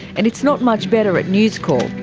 and it's not much better at news corp.